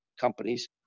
companies